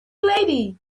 lady